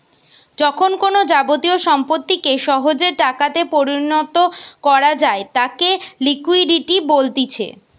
যখন কোনো যাবতীয় সম্পত্তিকে সহজে টাকাতে পরিণত করা যায় তাকে লিকুইডিটি বলতিছে